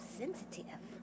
sensitive